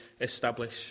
establish